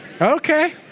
Okay